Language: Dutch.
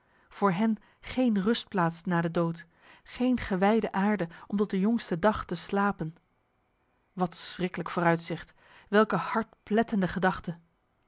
raven voor hen geen rustplaats na de dood geen gewijde aarde om tot de jongste dag te slapen wat schriklijk vooruitzicht welke hartplettende gedachte